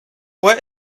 where